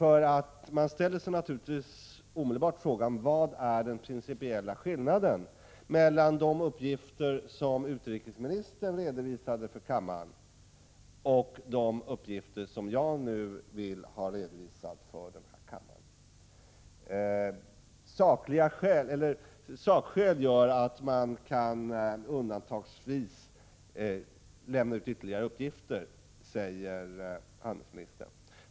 En fråga inställer sig omedelbart: Vad är den principiella skillnaden mellan de uppgifter som utrikesministern redovisade för kammaren och de uppgifter som jag nu vill ha redovisade? Sakskäl gör att man undantagsvis kan lämna ut ytterligare uppgifter, säger utrikeshandelsministern.